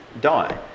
die